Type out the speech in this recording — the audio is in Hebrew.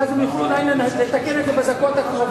ואז הם יוכלו אולי לתקן את זה בדקות הקרובות,